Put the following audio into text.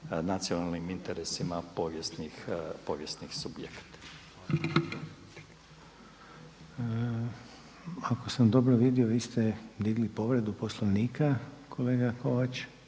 nacionalnim interesima povijesnih subjekata. **Reiner, Željko (HDZ)** Ako sam dobro vidio vi ste digli povredu Poslovnika kolega Kovač?